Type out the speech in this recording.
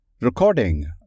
Recording